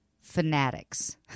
Fanatics